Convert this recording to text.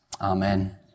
Amen